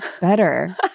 better